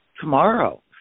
tomorrow